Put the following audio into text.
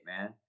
man